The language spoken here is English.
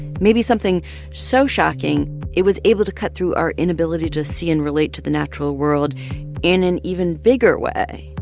maybe something so shocking it was able to cut through our inability to see and relate to the natural world in an even bigger way.